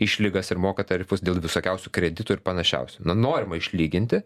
išlygas ir moka tarifus dėl visokiausių kreditų ir panašiausių na norima išlyginti